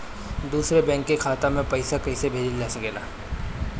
दूसरे बैंक के खाता में पइसा कइसे भेजल जा सके ला?